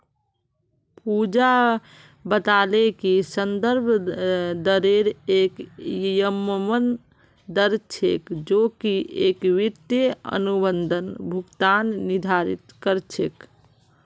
पूजा बताले कि संदर्भ दरेर एक यममन दर छेक जो की एक वित्तीय अनुबंधत भुगतान निर्धारित कर छेक